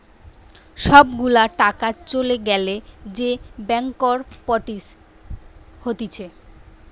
সব গুলা টাকা চলে গ্যালে যে ব্যাংকরপটসি হতিছে